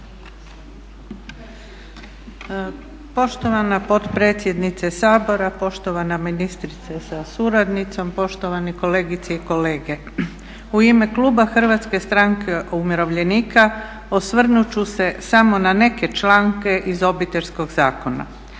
Poštovana potpredsjednice Sabora, poštovana ministrice sa suradnicom, poštovane kolegice i kolege. U ime kluba HSU-a osvrnut ću se samo na neke članke iz Obiteljskog zakona.